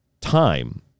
time